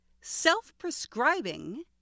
self-prescribing